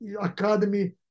academy